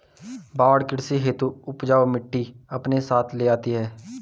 बाढ़ कृषि हेतु उपजाऊ मिटटी अपने साथ ले आती है